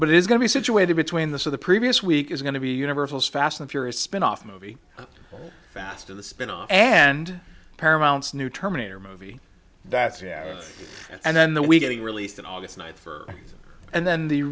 but it is going to be situated between the so the previous week is going to be universal fast and furious spinoff movie fast in the spinoff and paramount's new terminator movie that's yeah and then we getting released on august ninth and then the